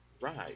Right